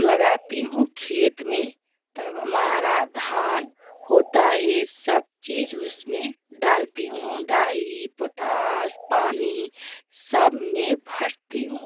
लगाती हूँ खेत में तब हमारा धान होता है सब चीज़ उसमें डालती हूँ डाई पोटास पानी सब में भरती हूँ